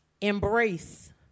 Embrace